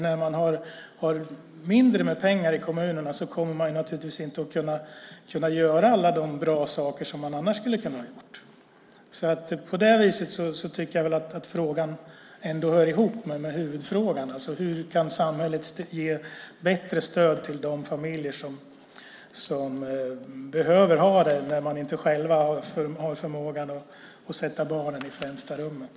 När man har mindre pengar i kommunerna kommer man inte att kunna göra alla de bra saker som man annars skulle kunna göra. På det viset tycker jag att frågan ändå hör ihop med huvudfrågan: Hur kan samhället ge bättre stöd till de familjer som behöver det när de inte själva har förmågan att sätta barnets bästa i främsta rummet?